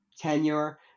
tenure